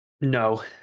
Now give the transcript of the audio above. No